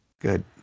Good